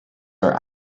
are